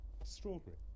Extraordinary